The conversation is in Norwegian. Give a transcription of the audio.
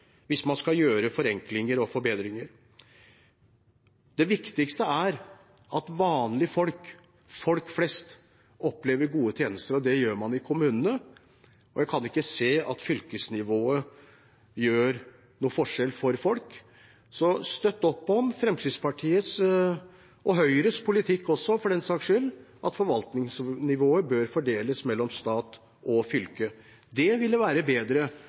hvis man skal gjøre forenklinger og forbedringer. Det viktigste er at vanlige folk, folk flest, opplever gode tjenester, og det gjør man i kommunene. Jeg kan ikke se at fylkesnivået gjør noen forskjell for folk. Så støtt opp om Fremskrittspartiets politikk, og Høyres politikk også for den saks skyld, om at forvaltningsnivået bør fordeles mellom stat og fylke. Det ville være bedre